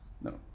No